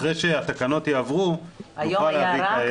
אחרי שהתקנות יעברו נוכל להביא כאלה.